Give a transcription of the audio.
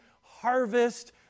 harvest